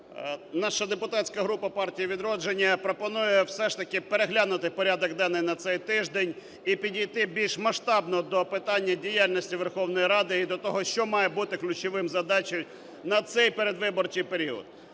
Наша депутатська група "Партії "Відродження" пропонує все ж таки переглянути порядок денний на цей тиждень і підійти більш масштабно до питання діяльності Верховної Ради і до того, що має бути ключовою задачею на цей передвиборчий період.